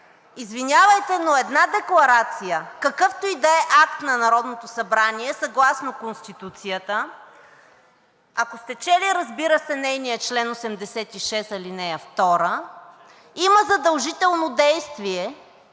Извинявайте, но една декларация – какъвто и да е акт на Народното събрание, съгласно Конституцията, ако сте чели, разбира се, нейния чл. 86, ал. 2, има задължително действие,